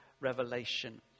revelation